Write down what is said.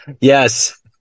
Yes